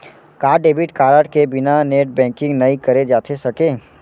का debit card के बिना नेट बैंकिंग नई करे जाथे सके?